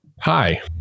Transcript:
Hi